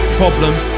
problems